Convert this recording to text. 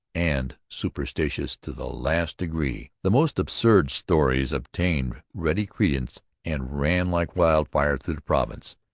and suspicious to the last degree. the most absurd stories obtained ready credence and ran like wildfire through the province.